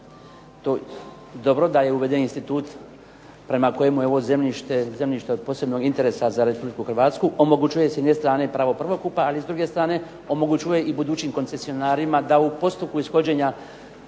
dobro, da je uveden institut prema kojem je ovo zemljište zemljište od posebnog interesa za RH. Omogućuje s jedne strane pravo prvokupa, ali s druge strane omogućuje i budućim koncesionarima da u postupku ishođenja